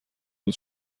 بود